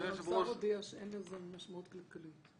להודיע שאין לכך משמעות כלכלית.